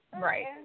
Right